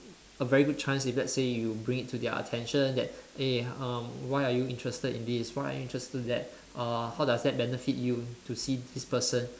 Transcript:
a very good chance if let's say you bring it to their attention that eh um why are you interested in this why are you interested that uh how does that benefit you to see this person